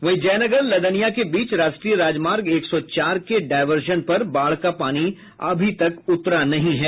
वहीं जयनगर लदनिया के बीच राष्ट्रीय राजमार्ग एक सौ चार के डायवर्सन पर बाढ़ का पानी अभी तक उतरा नहीं है